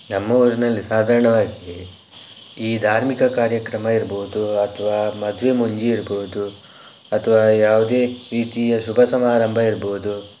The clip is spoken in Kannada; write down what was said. ನಮ್ಮ ಊರಿನಲ್ಲಿ ಸಾಧಾರಣವಾಗಿ ಈ ಧಾರ್ಮಿಕ ಕಾರ್ಯಕ್ರಮ ಇರಬಹುದು ಅಥವಾ ಮದುವೆ ಮುಂಜಿ ಇರಬಹುದು ಅಥವಾ ಯಾವುದೇ ರೀತಿಯ ಶುಭ ಸಮಾರಂಭ ಇರಬಹುದು